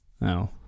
No